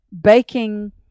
baking